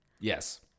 Yes